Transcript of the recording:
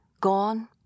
gone